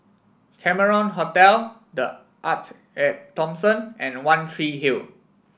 Cameron Hotel The Arte At Thomson and One Tree Hill